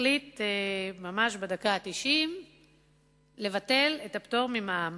החליט ממש בדקה התשעים לבטל את המע"מ.